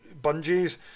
bungees